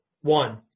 one